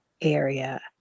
area